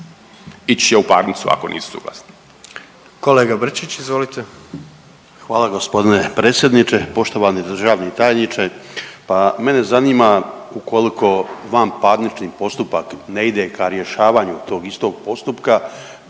ići će u paricu ako nisu suglasni.